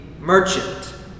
merchant